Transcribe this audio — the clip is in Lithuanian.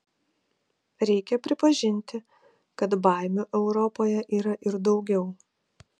reikia pripažinti kad baimių europoje yra ir daugiau